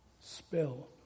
spell